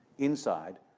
inside,